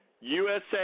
USA